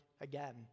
again